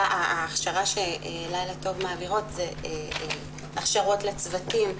ההכשרה שלילה טוב מעבירות הן הכשרות לצוותים,